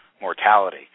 mortality